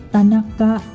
Tanaka